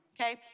okay